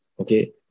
Okay